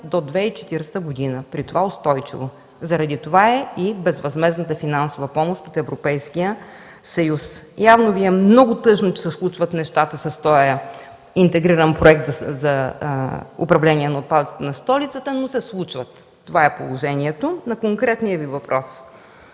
до 2040 г., при това устойчиво. Заради това е и безвъзмездната финансова помощ от Европейския съюз. Явно Ви е много тъжно, че се случват нещата с този интегриран проект за управление на отпадъците в столицата, но се случват – това е положението. На конкретния Ви въпрос.